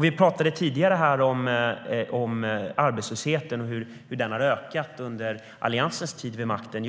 Vi talade tidigare om arbetslösheten och att den ökade under Alliansens tid vid makten.